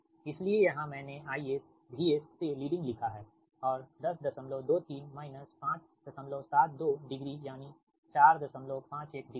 इसलिएयहां मैंने IS VS से leading लिखा है और 1023 572 डिग्री यानी 451 डिग्री है